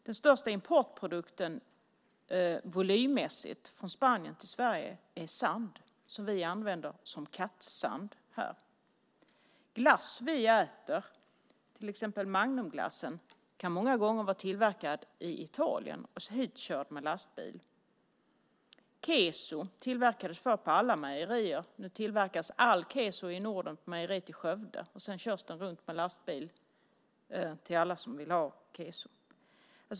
Den största importprodukten volymmässigt från Spanien till Sverige är sand, som vi använder som kattsand här. Glass vi äter, till exempel Magnumglassen, kan många gånger vara tillverkad i Italien och hitkörd med lastbil. Keso tillverkades förr på alla mejerier. Nu tillverkas all Keso i Norden på mejeriet i Skövde, och sedan körs den runt med lastbil till alla som vill ha Keso.